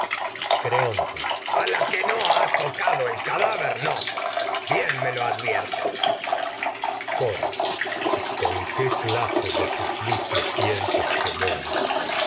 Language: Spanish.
a la ha tocado el cadáver no lo adviertes coro muera y con qué clase de suplicio i piensas que